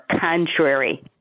contrary